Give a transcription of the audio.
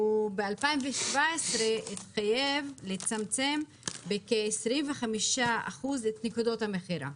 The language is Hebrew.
ב-2017 התחייב לצמצם בכ-25% את נקודות המכירה.